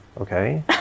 okay